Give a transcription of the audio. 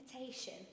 invitation